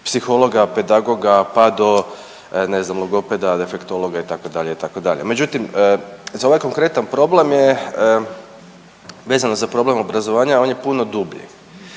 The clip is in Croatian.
psihologa, pedagoga, pa do ne znam logopeda, defektologa itd., itd., međutim za ovaj konkretan problem je, vezano za problem obrazovanja on je puno dublji